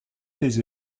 tes